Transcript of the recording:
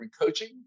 coaching